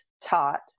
taught